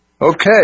Okay